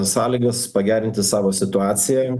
sąlygas pagerinti savo situaciją